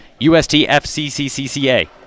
USTFCCCA